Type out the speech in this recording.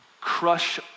crush